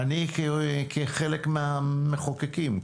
אני כחלק מהמחוקקים,